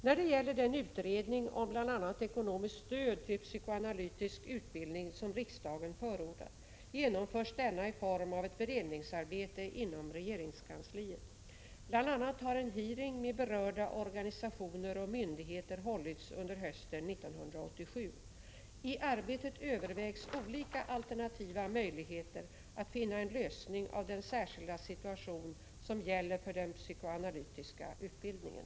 När det gäller den utredning om bl.a. ekonomiskt stöd till psykoanalytisk utbildning som riksdagen förordat, genomförs denna i form av ett beredningsarbete inom regeringskansliet. Bl.a. har en hearing med berörda organisationer och myndigheter hållits under hösten 1987. I arbetet övervägs kJ olika alternativa möjligheter att finna en lösning av den särskilda situation som gäller för den psykoanalytiska utbildningen.